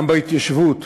גם בהתיישבות,